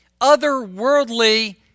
otherworldly